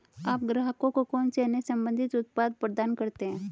आप ग्राहकों को कौन से अन्य संबंधित उत्पाद प्रदान करते हैं?